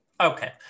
Okay